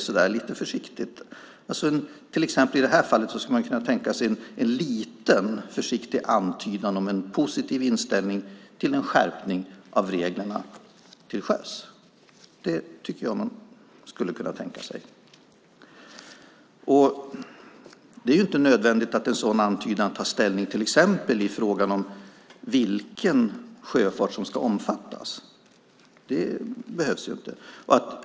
I det här fallet skulle man kunna tänka sig en liten försiktig antydan om en positiv inställning till en skärpning av reglerna till sjöss. Det är inte nödvändigt att en sådan antydan tar ställning till exempel i frågan om vilken sjöfart som ska omfattas. Det behövs inte.